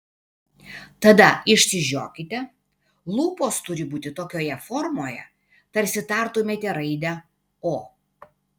tada išsižiokite lūpos turi būti tokioje formoje tarsi tartumėte raidę o